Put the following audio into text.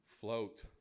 float